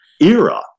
era